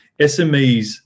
SMEs